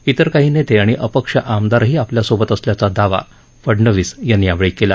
इतर काही नेते आणि अपक्ष आमदारही आपल्यासोबत असल्याचा दावा फडणवीस यांनी यावेळी केला